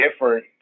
different